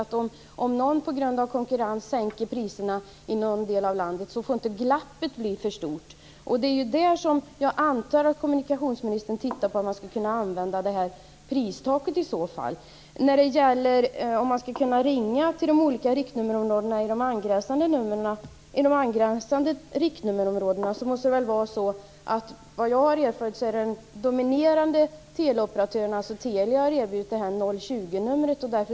Även om man sänker priserna på grund av konkurrens i någon del av landet får glappet inte bli för stort. Jag antar att kommunikationsministern tittar på hur man kan använda pristaket i de fallen. Såvitt jag har erfarit har den dominerande teleoperatören - Telia - erbjudit ett 020-nummer för samtal mellan olika riktnummerområden.